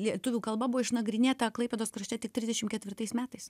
lietuvių kalba buvo išnagrinėta klaipėdos krašte tik trisdešim ketvirtais metais